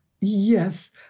Yes